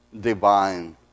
divine